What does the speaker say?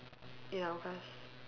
in our class